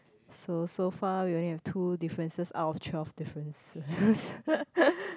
so so far we only have two differences out of twelve differences